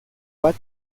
bat